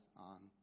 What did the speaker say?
on